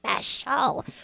special